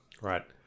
Right